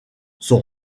son